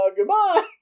Goodbye